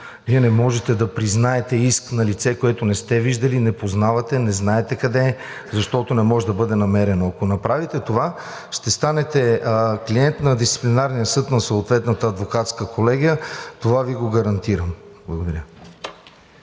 Вие не можете да признаете иск на лице, което не сте виждали, не познавате, не знаете къде е, защото не може да бъде намерено. Ако направите това, ще станете клиент на Дисциплинарния съд на съответната адвокатска колегия – това Ви го гарантирам. Благодаря.